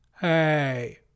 Hey